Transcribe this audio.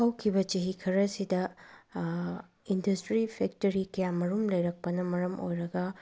ꯍꯧꯈꯤꯕ ꯆꯍꯤ ꯈꯔꯁꯤꯗ ꯏꯟꯗ꯭ꯁꯇ꯭ꯔꯤ ꯐꯦꯛꯇ꯭ꯔꯤ ꯀꯌꯥꯃꯔꯨꯝ ꯂꯩꯔꯛꯄꯅ ꯃꯔꯝ ꯑꯣꯏꯔꯒ